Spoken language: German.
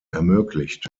ermöglicht